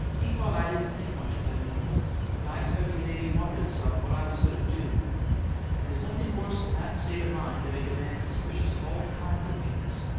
he thought i didn't think much of him any more and i expect he maybe wondered some what i was going to do and there's nothing worse'n that state of mind to make a man suspicious of all kinds of meanness.